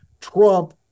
Trump